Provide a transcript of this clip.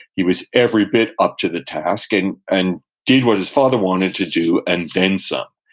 he was every bit up to the task, and and did what his father wanted to do, and then some.